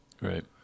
Right